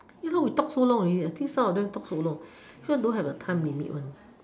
you know we talk so long already I think some of them talk so long I think don't have a time limit one